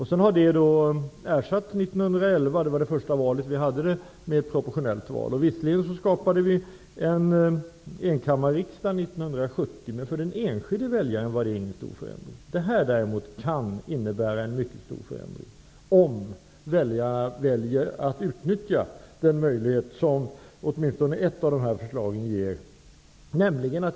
1911 hölls det första valet med proportionellt val. Visserligen skapade vi en enkammarriksdag 1970, men för den enskilde väljaren var det ingen stor förändring. Detta kan innebära en mycket stor förändring, om nämligen väljarna utnyttjar den möjlighet som åtminstone ett av förslagen ger.